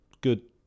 Good